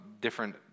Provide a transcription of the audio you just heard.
different